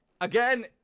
Again